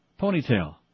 Ponytail